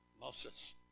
Moses